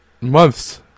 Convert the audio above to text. months